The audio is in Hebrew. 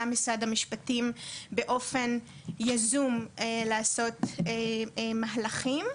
משרד המשפטים באופן יזום לעשות מהלכים,